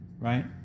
right